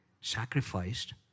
sacrificed